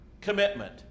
commitment